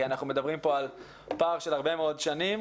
כי אנחנו מדברים פה על פער של הרבה מאוד שנים.